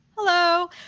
Hello